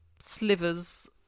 Slivers